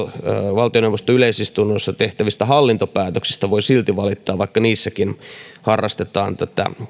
valtioneuvoston yleisistunnoissa tehtävistä hallintopäätöksistä voi silti valittaa vaikka niissäkin harrastetaan tätä